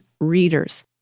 readers